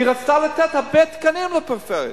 היא רצתה לתת הרבה תקנים לפריפריה,